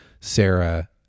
Sarah